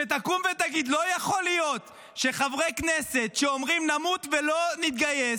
שיקומו ויגידו: לא יכול להיות שחברי כנסת שאומרים: נמות ולא נתגייס,